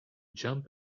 jump